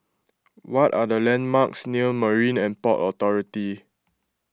what are the landmarks near Marine and Port Authority